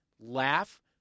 laugh